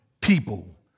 people